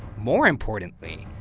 more importantly,